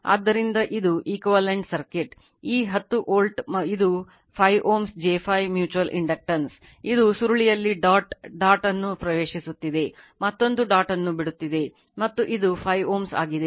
ಆದ್ದರಿಂದ ಇದು equivalent ಇದು ಸುರುಳಿಯಲ್ಲಿ ಡಾಟ್ ಡಾಟ್ ಅನ್ನು ಪ್ರವೇಶಿಸುತ್ತಿದೆ ಮತ್ತೊಂದು ಡಾಟ್ ಅನ್ನು ಬಿಡುತ್ತಿದೆ ಮತ್ತು ಇದು 5 Ω ಆಗಿದೆ